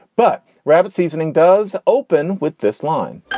but rabbit seasoning does open with this line